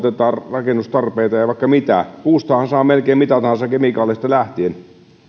rakennustarpeita ja vaikka mitä tuotetaan kun puustahan saa melkein mitä tahansa kemikaaleista lähtien niin